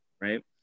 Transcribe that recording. Right